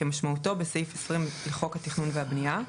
כמשמעותו בסעיף 20 לחוק התכנון והבנייה,